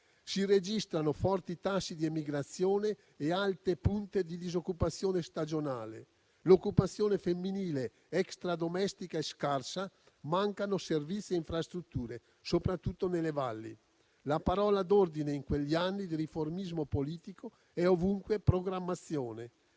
si registrano forti tassi di emigrazione e alte punte di disoccupazione stagionale; l'occupazione femminile extradomestica è scarsa, mancano servizi e infrastrutture, soprattutto nelle valli. La parola d'ordine in quegli anni di riformismo politico è ovunque programmazione.